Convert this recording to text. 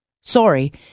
Sorry